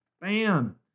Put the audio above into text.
bam